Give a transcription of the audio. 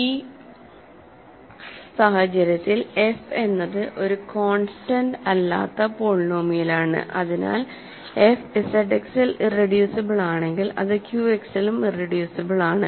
ഈ സാഹചര്യത്തിൽ f എന്നത് ഒരു കോൺസ്റ്റന്റ് അല്ലാത്ത പോളിനോമിയലാണ് അതിനാൽ f ZX ൽ ഇറെഡ്യൂസിബിൾ ആണെങ്കിൽ അത് Q X ലും ഇറെഡ്യൂസിബിൾ ആണ്